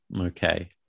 Okay